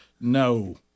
no